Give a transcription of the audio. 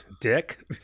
Dick